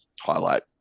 highlight